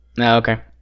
Okay